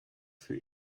für